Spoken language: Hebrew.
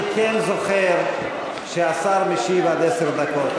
אני כן זוכר שהשר משיב עד עשר דקות,